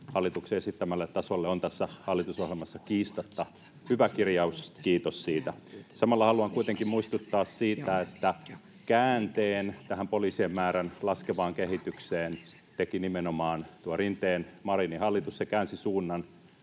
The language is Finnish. hallituksen esittämälle tasolle on tässä hallitusohjelmassa kiistatta hyvä kirjaus — kiitos siitä. Samalla haluan kuitenkin muistuttaa siitä, että käänteen tähän poliisien määrän laskevaan kehitykseen teki nimenomaan tuo Rinteen—Marinin hallitus. Se käänsi suunnan